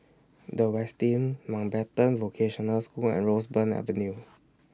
The Westin Mountbatten Vocational School and Roseburn Avenue